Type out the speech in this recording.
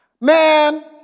Man